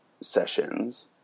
sessions